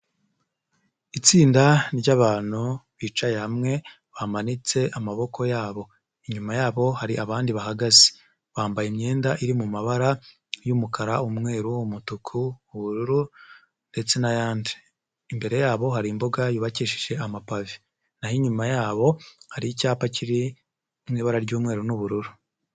Itsinda ry'abantu bicaye hamwe bamanitse amaboko yabo inyuma yabo hari abandi bahagaze, bambaye imyenda iri mu mabara y'umukara, umweru, umutuku, ubururu ndetse n'ayandi, imbere yabo hari imbuga yubakishije amapave, naho inyuma yabo hari icyapa kiri mu ibara ry'umweru n'ubururu.